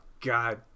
God